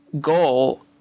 goal